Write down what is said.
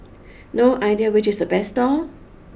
no idea which is the best stall